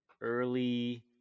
early